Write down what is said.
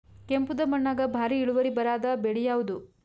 ಕೆಂಪುದ ಮಣ್ಣಾಗ ಭಾರಿ ಇಳುವರಿ ಬರಾದ ಬೆಳಿ ಯಾವುದು?